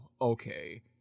okay